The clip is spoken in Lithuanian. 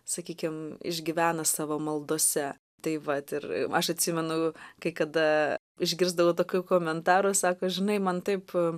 sakykim išgyvena savo maldose tai vat ir aš atsimenu kai kada išgirsdavau tokių komentarų sako žinai man taip